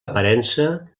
aparença